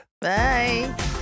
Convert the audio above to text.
Bye